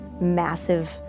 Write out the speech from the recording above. massive